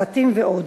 סרטים ועוד.